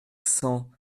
cent